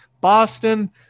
Boston